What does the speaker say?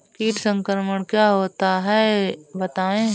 कीट संक्रमण क्या होता है बताएँ?